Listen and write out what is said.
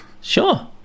Sure